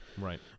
Right